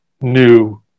new